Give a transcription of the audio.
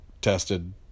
tested